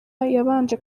yabanje